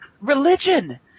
religion